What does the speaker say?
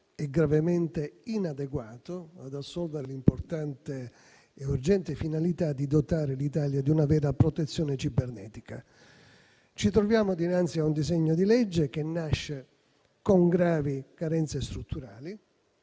gravemente inadeguato ad assolvere l'importante e urgente finalità di dotare l'Italia di una vera protezione cibernetica. Ci troviamo dinanzi a un disegno di legge che nasce con gravi carenze strutturali